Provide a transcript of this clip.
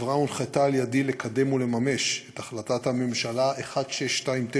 החברה הונחתה על-ידי לקדם ולממש את החלטת הממשלה 1629,